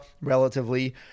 relatively